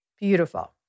Beautiful